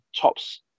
tops